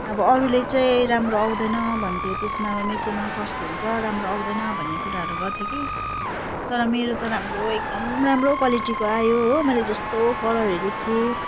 अब अरूले चाहिँ राम्रो आउँदैन भन्थ्यो त्यसमा अब मेसोमा सस्तो हुन्छ राम्रो आउँदैन भन्ने कुराहरू गर्थ्यो कि तर मेरो त राम्रो एकदम राम्रो क्वालिटिको आयो हो मैले जस्तो कलर हेरेको थिएँ